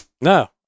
No